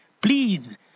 please